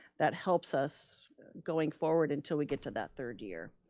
that helps us going forward until we get to that third year.